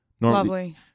Lovely